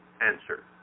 answer